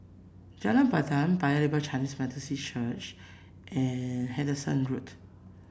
Jalan Pandan Paya Lebar Chinese Methodist Church and Hendon Road